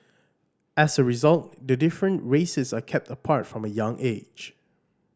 as a result the different races are kept apart from a young age